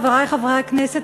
חברי חברי הכנסת,